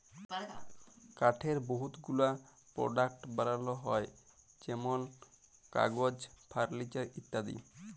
কাঠের বহুত গুলা পরডাক্টস বালাল হ্যয় যেমল কাগজ, ফারলিচার ইত্যাদি